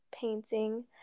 Painting